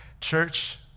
church